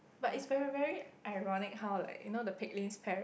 but it's very very ironic how like you know the Pek lin's parents